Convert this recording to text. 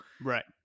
right